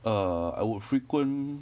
err I would frequent